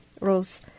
Rose